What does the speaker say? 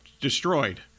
destroyed